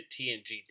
TNG